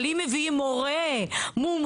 אבל אם מביאים מורה מומחה,